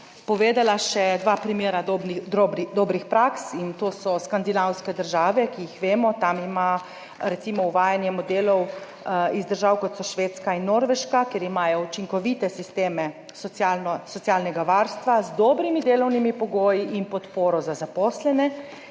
povedala še dva primera dobrih praks, to so skandinavske države. Uvajanje modelov iz držav, kot sta Švedska in Norveška, kjer imajo učinkovite sisteme socialnega varstva z dobrimi delovnimi pogoji in podporo za zaposlene.